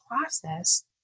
process